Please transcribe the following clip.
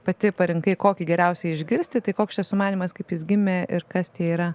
pati parinkai kokį geriausia išgirsti tai koks čia sumanymas kaip jis gimė ir kas tai yra